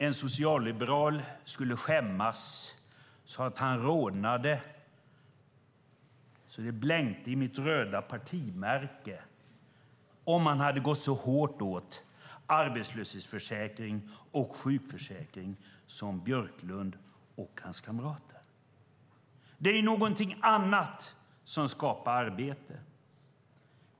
En socialliberal skulle skämmas så att han rodnade, så att det blänkte i mitt röda partimärke, om han hade gått så hårt åt arbetslöshetsförsäkring och sjukförsäkring som Björklund och hans kamrater. Det är någonting annat som skapar arbete.